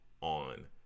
on